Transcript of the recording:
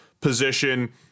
position